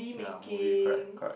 ya movie correct correct